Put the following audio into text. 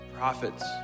Prophets